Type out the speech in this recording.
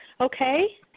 Okay